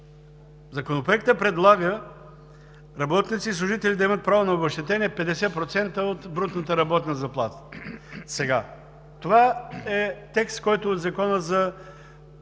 Законопроектът предлага работници и служители да имат право на обезщетение – 50% от брутната работна заплата. Това е текст, който е от Закона за